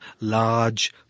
large